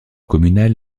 communal